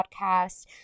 podcast